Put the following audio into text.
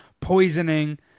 poisoning